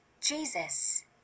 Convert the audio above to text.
Jesus